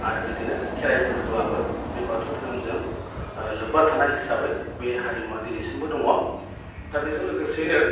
आरो बिदिनो खेराइ फोरबोआबो बे बाथौ धोरोमजों लोब्बा थानाय हिसाबै बे हारिमुआ दिनैसिमबो दङ दा बेजों लोगोसेयैनो